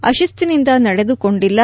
ಆತಿಸ್ತಿನಿಂದ ನಡೆದುಕೊಂಡಿಲ್ಲ